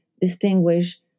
distinguish